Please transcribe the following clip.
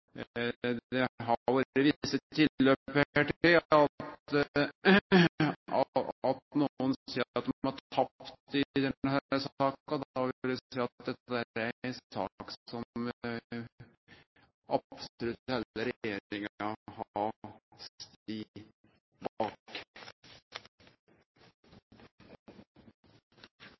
Det har vore visse tilløp her til at nokon seier at dei har tapt i denne saka. Da vil eg seie at dette er ei sak som absolutt heile regjeringa har stått bak.